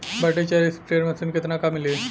Battery चलत sprayer machine कितना क मिली?